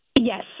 Yes